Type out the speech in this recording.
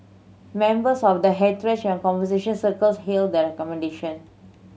members of the heritage and conservation circles hailed the recommendation